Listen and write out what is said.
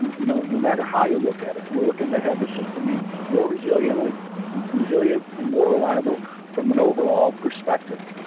you know, no matter how you look at it. we're looking to have the system be more resilient resilient and more reliable from an overall perspective.